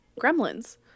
Gremlins